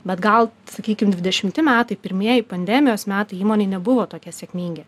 bet gal sakykim dvidešimti metai pirmieji pandemijos metai įmonei nebuvo tokie sėkmingi